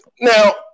Now